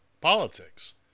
politics